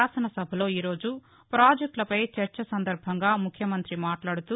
శాసన సభలో ఈరోజు ప్రాజెక్లపై చర్చ సందర్బంగా ముఖ్యమంత్రి మాట్లాదుతూ